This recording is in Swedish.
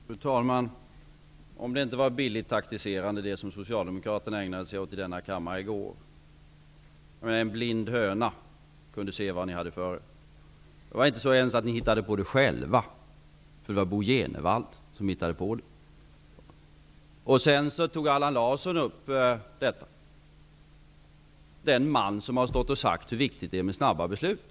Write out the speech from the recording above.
Fru talman! Vad var det om inte billigt taktiserande, det som Socialdemokraterna ägnade sig åt i denna kammare i går? En blind höna kunde se vad ni hade för er. Ni hittade inte ens på det själva. Det var Bo G Jenevall som hittade på det, och sedan tog Allan Larsson upp det -- den man som har stått och sagt hur viktigt det är med snabba beslut!